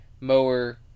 mower